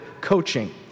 Coaching